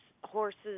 horses